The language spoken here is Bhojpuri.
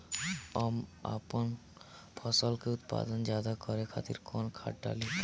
हम आपन फसल में उत्पादन ज्यदा करे खातिर कौन खाद डाली?